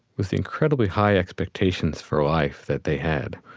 was the incredibly high expectations for life that they had.